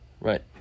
right